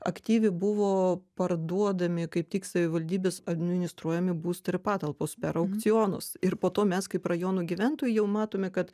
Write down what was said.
aktyviai buvo parduodami kaip tik savivaldybės administruojami būstai ir patalpos per aukcionus ir po to mes kaip rajonų gyventojai jau matome kad